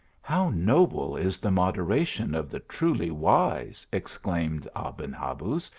how noble is the moderation of the truly wise! exclaimed aben habuz,